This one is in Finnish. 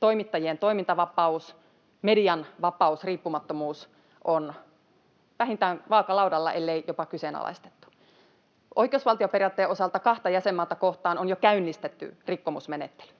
Toimittajien toimintavapaus, median vapaus ja riippumattomuus ovat vähintään vaakalaudalla, elleivät jopa kyseenalaistettuja. Oikeusvaltioperiaatteen osalta kahta jäsenmaata kohtaan on jo käynnistetty rikkomusmenettely.